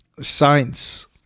Science